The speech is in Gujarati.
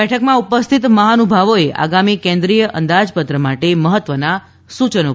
બેઠકમાં ઉપસ્થિત મહાનુભાવોએ આગામી કેન્દ્રિય અંદાજપત્ર માટે મહત્વના સૂચનો કર્યા હતા